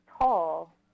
tall